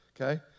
okay